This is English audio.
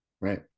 right